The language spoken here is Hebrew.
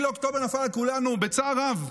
7 באוקטובר נפל על כולנו בצער רב.